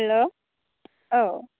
हेल' औ